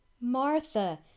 Martha